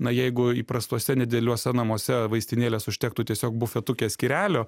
na jeigu įprastuose nedideliuose namuose vaistinėlės užtektų tiesiog bufetuke skyrelio